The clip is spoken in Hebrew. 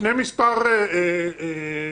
לפני מספר שבועות